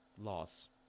Loss